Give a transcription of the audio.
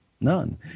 none